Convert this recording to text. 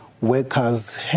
workers